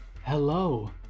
Hello